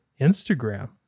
Instagram